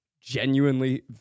genuinely